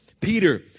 Peter